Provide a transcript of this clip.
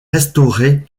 restauré